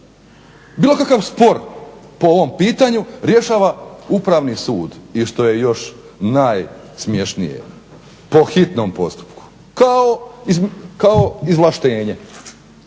Bilo kakav spor po ovom pitanju rješava Upravni sud. I što je još najsmješnije po hitnom postupku kao izvlaštenje.